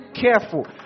careful